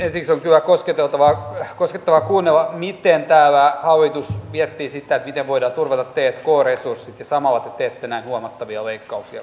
ensiksi on kyllä koskettavaa kuunnella miten täällä hallitus miettii sitä miten voidaan turvata t k resurssit ja samalla te teette näin huomattavia leikkauksia mitä teette